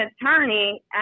attorney